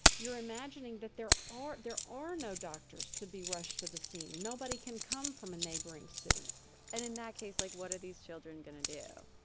you're imagining that there are there are no doctors to be rushed to the scene. nobody can come from a neighboring city and in that case, like what are these children going to do?